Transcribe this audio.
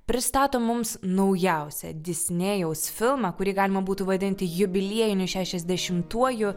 pristato mums naujausią disnėjaus filmą kurį galima būtų vadinti jubiliejiniu šešiasdešimtuoju